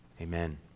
Amen